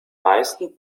meisten